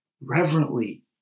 reverently